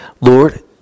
Lord